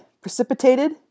precipitated